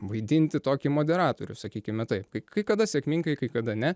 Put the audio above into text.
vaidinti tokį moderatorių sakykime taip kai kada sėkmingai kai kada ne